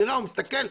הוא מסתכל,